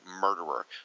murderer